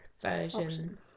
version